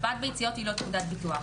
הקפאת ביציות היא לא תעודת ביטוח,